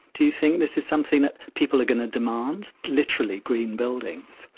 do you think this is something that people are going to demand, literally green buildings?